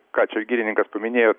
ką čia girininkas paminėjo